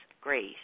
grace